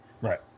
Right